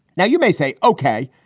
now, you may say, ok,